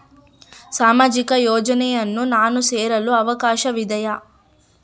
ಸಾಮಾಜಿಕ ಯೋಜನೆಯನ್ನು ನಾನು ಸೇರಲು ಅವಕಾಶವಿದೆಯಾ?